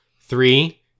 Three